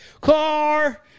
car